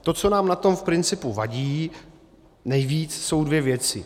To, co nám na tom v principu vadí nejvíc, jsou dvě věci.